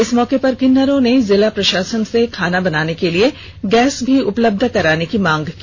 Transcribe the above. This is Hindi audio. इस मौके पर किन्नरों ने जिला प्रशासन से खाना बनाने के लिए गैस भी उपलब्ध कराने की मांग की